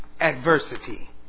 adversity